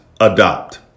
adopt